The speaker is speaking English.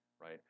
right